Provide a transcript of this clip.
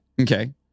Okay